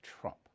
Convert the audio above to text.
Trump